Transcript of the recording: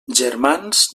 germans